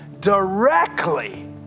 directly